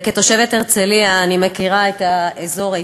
כתושבת הרצליה, אני מכירה את האזור היטב.